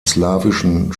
slawischen